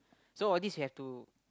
so all this you have to